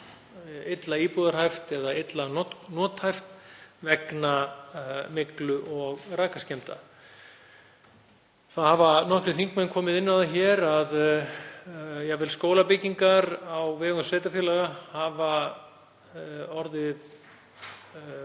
illa íbúðarhæft eða illa nothæft vegna myglu og rakaskemmda. Það hafa nokkrir þingmenn komið inn á það hér að jafnvel skólabyggingar á vegum sveitarfélaga hafa lent